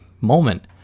moment